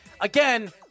again